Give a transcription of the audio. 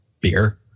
beer